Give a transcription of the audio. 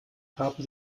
haben